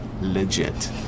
legit